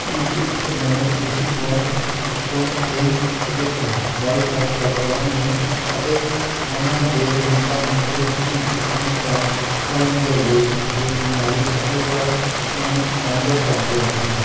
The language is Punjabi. ਵਿੱਚ ਇੱਕ ਨਵੇਂ ਦੇਸ਼ੀਕੋਂਟ ਦੇਸ਼ੀਕੋਂਟ ਲਈ ਰਚਿਤ ਹੈ ਬਾਈਕਾਟ ਯਾਤਰਾਵਾਂ ਨੂੰ ਅਤੇ ਉਹਨਾਂ ਦੇ ਮੰਜ਼ਿਲਾਂ ਨੂੰ ਗੁਰਮੁਖੀ ਵਿੱਚ ਅਨੁਵਾਦ ਕਰਨ ਦੇ ਲਈ ਇਹ ਦੁਨਿਆਵੀਂ ਪਲਟਾਂ ਨੂੰ ਸਾਂਝਾ ਕਰਦੇ ਹਨ